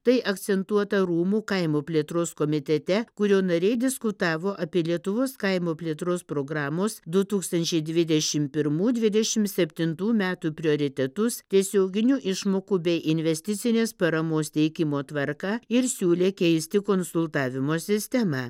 tai akcentuota rūmų kaimo plėtros komitete kurio nariai diskutavo apie lietuvos kaimo plėtros programos du tūkstančiai dvidešim pirmų dvidešim septintų metų prioritetus tiesioginių išmokų bei investicinės paramos teikimo tvarką ir siūlė keisti konsultavimo sistemą